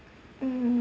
mm